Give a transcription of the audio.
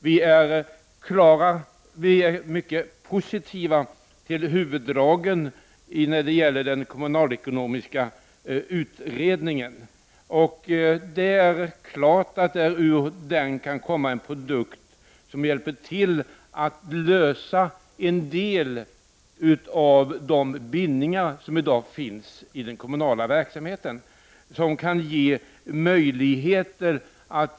Vi är mycket positiva till huvuddragen i den kommunalekonomiska utredningen. Ur den kan komma en produkt som hjälper kommunerna att lösa en del av de bindningar som i dag finns i den kommu nala verksamheten.